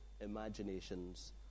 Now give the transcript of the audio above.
imaginations